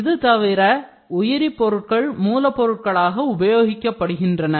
இதை தவிர உயிரி பொருட்கள் மூலப் பொருட்களாக உபயோகிக்கப்படுகின்றன